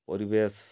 ପରିବେଶ